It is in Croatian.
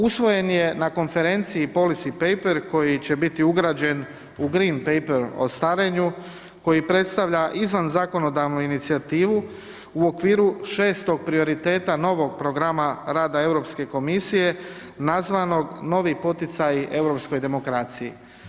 Usvojen je na konferenciji Policy Paper koji će biti ugrađen u Green Paper o starenju koji predstavlja izvanzakonodavnu inicijativu u okviru 600 prioriteta novog programa rada EU komisije nazvanog Novi poticaji EU demokraciji.